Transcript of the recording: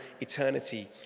eternity